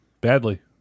Badly